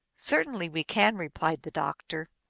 certainly we can, replied the doctor.